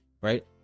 right